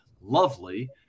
lovely